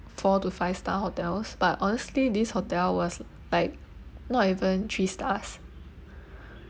four to five star hotels but honestly this hotel was like not even three stars